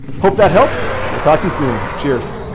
hope that helps. we'll talk to you soon. cheers.